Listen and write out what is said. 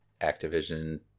Activision